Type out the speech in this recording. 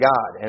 God